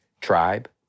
tribe